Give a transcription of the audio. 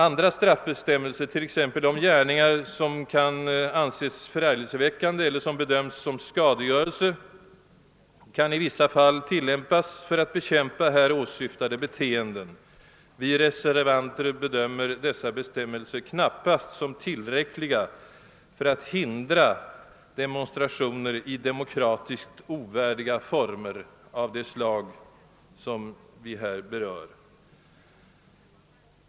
Andra straffbestämmelser — t.ex. om gärningar som kan anses förargelseväckande eller bedöms som skadegörelse — kan i vissa fall tillämpas för att bekämpa här åsyftade beteenden. Vi reservanter bedömer dock dessa bestämmelser som knappast tillräckliga för att hindra demonstrationer i demokratiskt ovärdiga former av det slag som här berörs.